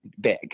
big